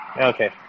okay